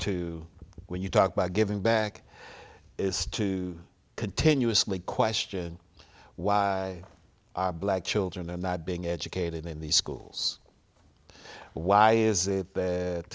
to when you talk about giving back is to continuously question why black children are not being educated in these schools why is it that